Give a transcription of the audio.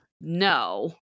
no